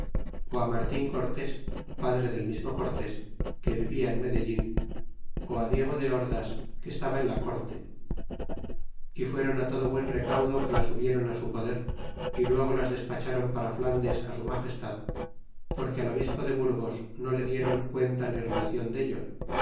martin cortés padre del mismo cortés que vivia en medellin ó diego de ordas que estaba en la corte y fueron todo buen recaudo que las hubiéron su poder y luego las despachron para flandes su magestad porque al obispo de burgos no e dieron cuenta ni relacion dello